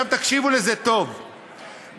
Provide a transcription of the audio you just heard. עכשיו תקשיבו לזה טוב,